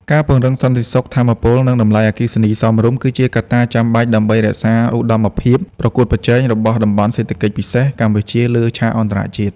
ការពង្រឹង "សន្តិសុខថាមពល" និងតម្លៃអគ្គិសនីសមរម្យ គឺជាកត្តាចាំបាច់ដើម្បីរក្សាឧត្តមភាពប្រកួតប្រជែងរបស់ តំបន់សេដ្ឋកិច្ចពិសេស កម្ពុជាលើឆាកអន្តរជាតិ។